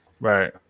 Right